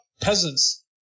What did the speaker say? peasants